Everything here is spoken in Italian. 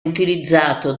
utilizzato